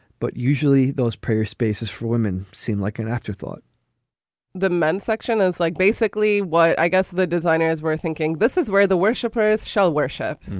but usually those prayer spaces for women seem like an afterthought the men's section is like basically what i guess the designers were thinking. this is where the worshipers shall worship.